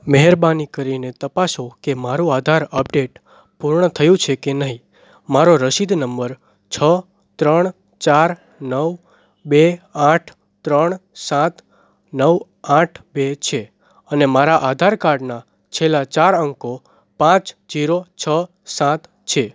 મહેરબાની કરીને તપાસો કે મારું આધાર અપડેટ પૂર્ણ થયું છે કે નહીં મારો રસીદ નંબર છ ત્રણ ચાર નવ બે આઠ ત્રણ સાત નવ આઠ બે છે અને મારા આધાર કાર્ડના છેલ્લા ચાર અંકો પાંચ જીરો છ સાત છે